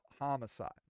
homicide